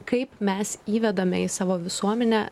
kaip mes įvedame į savo visuomenę